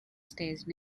stage